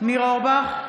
ניר אורבך,